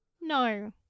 No